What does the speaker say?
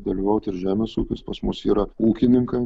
dalyvaut ir žemės ūkis pas mus yra ūkininkai